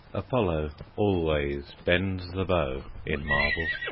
apollo always bends the bow in marble.